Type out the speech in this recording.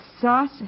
sauce